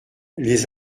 les